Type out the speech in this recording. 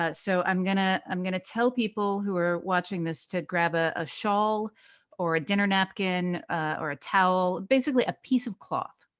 ah so i'm going to i'm going to tell people who are watching this to grab a a shawl or a dinner napkin or a towel, basically a piece of cloth.